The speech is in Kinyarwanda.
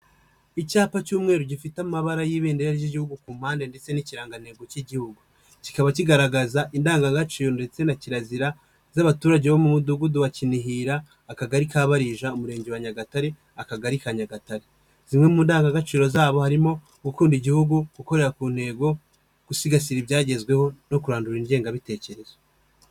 Icyapa cy'umweru gifite amabara y'ibendera ry'igihugu ku mpande ndetse n'ikirangantego k'igihugu, kikaba kigaragaza indangagaciro ndetse na kirazira z'abaturage bo mu Mudugudu wa Kinihira Akagari ka Barija Umurenge wa Nyagatare Akagari ka Nyagatare, zimwe mu ndangagaciro zabo harimo gukunda igihugu, gukorera ku ntego, gusigasira ibyagezweho no kurandura ingengabitekerezo.